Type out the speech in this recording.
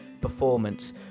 Performance